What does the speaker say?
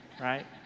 right